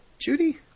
Judy